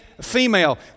female